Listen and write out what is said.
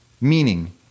meaning